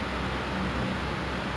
I've been like trying to reflect